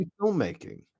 filmmaking